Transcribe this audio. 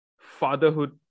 fatherhood